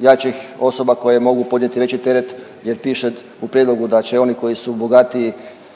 jačih osoba koje mogu podnijeti veći teret jer piše u prijedlogu da će oni koji su bogatiji